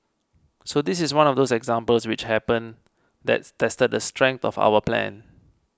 so this is one of those examples which happen that tested the strength of our plan